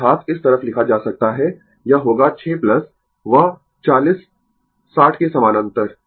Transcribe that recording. अर्थात इस तरफ लिखा जा सकता है यह होगा 6 वह 40 60 के समानांतर